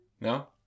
No